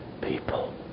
people